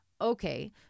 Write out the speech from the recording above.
okay